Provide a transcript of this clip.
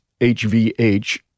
HVH